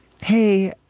Hey